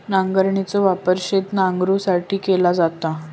नांगराचो वापर शेत नांगरुसाठी केलो जाता